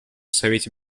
совете